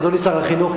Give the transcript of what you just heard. אדוני שר החינוך,